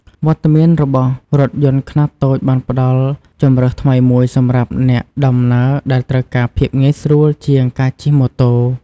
វត្តមានរបស់រថយន្តខ្នាតតូចបានផ្តល់ជម្រើសថ្មីមួយសម្រាប់អ្នកដំណើរដែលត្រូវការភាពងាយស្រួលជាងការជិះម៉ូតូ។